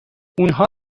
اونها